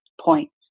points